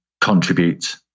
contribute